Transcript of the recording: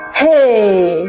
hey